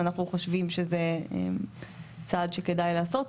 אנחנו חושבים שזה צעד שכדאי לעשות.